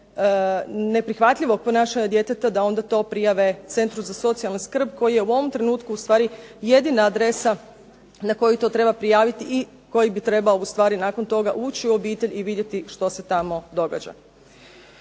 neprihvatljivog ponašanja djeteta da onda to prijave Centru za socijalnu skrb, koji je ustvari jedina adresa na koju bi to trebalo prijaviti i koji bi nakon toga ući u obitelj i vidjeti što se tamo događa.